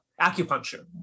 Acupuncture